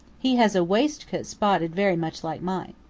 he has a waistcoat spotted very much like mine.